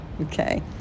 Okay